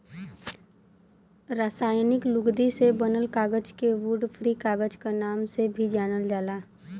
रासायनिक लुगदी से बनल कागज के वुड फ्री कागज क नाम से भी जानल जाला